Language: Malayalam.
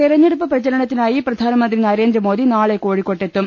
തെരെഞ്ഞെടുപ്പ് പ്രചരണത്തിനായി പ്രധാനമന്ത്രി നരേന്ദ്രമോദി നാളെ കോഴിക്കോട്ടെത്തും